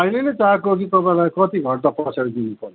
आइले नै चाहिएको कि तपाईँलाई कति घन्टा पछाडि दिनुपर्ने